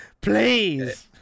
please